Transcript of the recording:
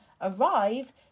arrive